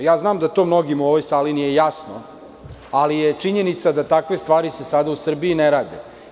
Znam da to mnogima u ovoj sali to nije jasno, ali je činjenica da takve stvari se sada u Srbiji ne rade.